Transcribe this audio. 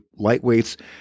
Lightweights